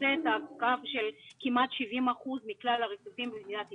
שחוצה את הקו של כמעט 70% מכלל הריצופים במדינת ישראל,